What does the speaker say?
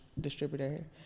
distributor